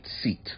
seat